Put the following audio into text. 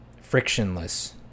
frictionless